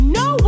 no